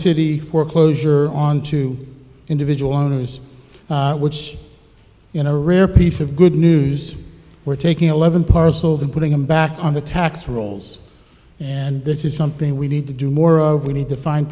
city for closure on to individual owners which in a rare piece of good news we're taking eleven parcels and putting them back on the tax rolls and this is something we need to do more of we need to find